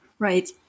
Right